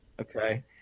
Okay